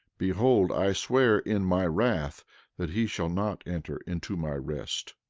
behold, i swear in my wrath that he shall not enter into my rest.